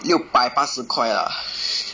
六百八十块 lah